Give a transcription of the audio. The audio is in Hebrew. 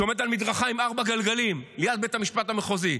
שעומד על מדרכה עם ארבעה גלגלים ליד בית המשפט המחוזי,